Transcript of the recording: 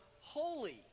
holy